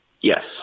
Yes